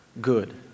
good